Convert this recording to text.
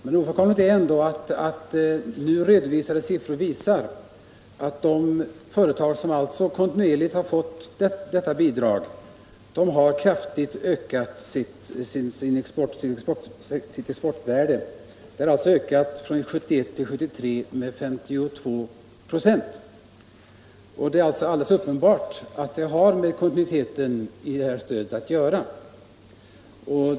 Men ofrånkomligt är ändå att nu redovisade siffror visar att de företag som kontinuerligt har fått dessa bidrag har kraftigt ökat sitt exportvärde — en ökning med 52 96 från år 1971 till 1973. Uppenbarligen har det att göra med kontinuiteten i stödet.